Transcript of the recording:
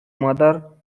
mother